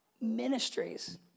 ministries